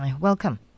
Welcome